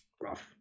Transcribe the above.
rough